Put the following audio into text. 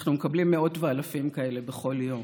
אנחנו מקבלים מאות ואלפים כאלה בכל יום.